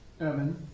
Evan